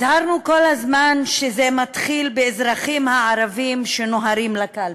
הזהרנו כל הזמן שזה מתחיל באזרחים הערבים שנוהרים לקלפיות,